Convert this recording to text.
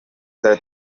there